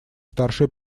старшее